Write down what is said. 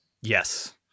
yes